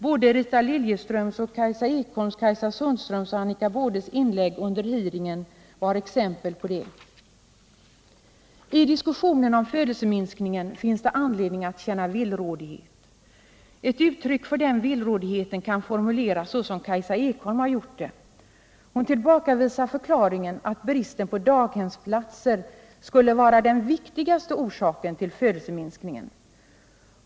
Såväl Rita Liljeströms som Kajsa Ekholms, Kajsa Sundströms och Annika Baudes inlägg under hearingen var exempel på det. I diskussionen om födelseminskningen finns det anledning att känna villrådighet. Ett uttryck för denna villrådighet kan formuleras så som Kajsa Ekholm gjorde. Hon tillbakavisar förklaringen att bristen på daghemsplatser skulle vara den viktigaste orsaken till födelseminskningen.